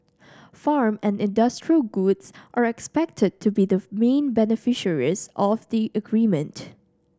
farm and industrial goods are expected to be the main beneficiaries of the agreement